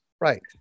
Right